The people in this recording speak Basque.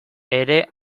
ere